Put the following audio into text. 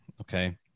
Okay